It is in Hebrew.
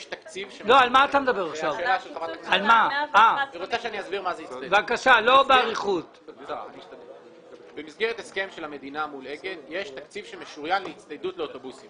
יש תקציב שמשוריין להצטיידות לאוטובוסים.